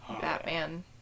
Batman